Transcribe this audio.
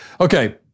Okay